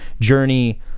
journey